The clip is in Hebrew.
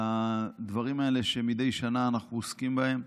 לדברים האלה שמדי שנה אנחנו עוסקים בהם,